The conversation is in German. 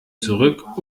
zurück